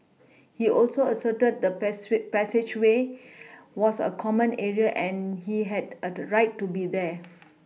he also asserted the pass way passageway was a common area and he had a right to be there